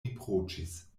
riproĉis